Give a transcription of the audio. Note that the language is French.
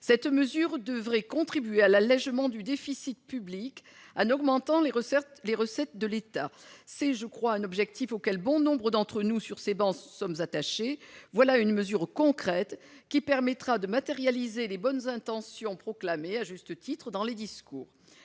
Cette mesure devrait contribuer à l'allégement du déficit public en augmentant les recettes de l'État, un objectif auquel, je crois, bon nombre d'entre nous sur ces travées sont attachés. Voilà une mesure concrète qui matérialisera les bonnes intentions proclamées à juste titre dans les discours.